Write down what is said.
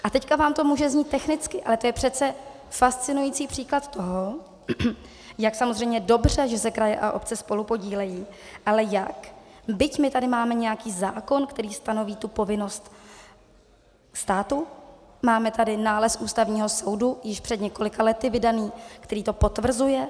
A teď vám to může znít technicky, ale to je přece fascinující příklad toho, jak samozřejmě je dobře, že se kraje a obce spolupodílejí ale jak, byť my tady máme nějaký zákon, který stanoví povinnosti státu, máme tady nález Ústavního soudu vydaný již před několika lety, který to potvrzuje.